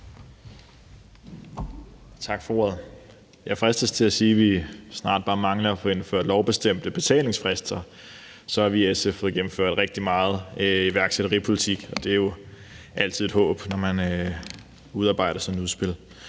Tak for ordet. Jeg fristes til at sige, at vi snart bare mangler at få indført lovbestemte betalingsfrister, så har vi i SF fået gennemført rigtig meget iværksætteripolitik, og det er jo altid et håb, når man udarbejder sådan et udspil.